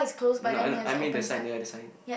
no no I mean the sign ya the sign